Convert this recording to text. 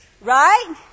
Right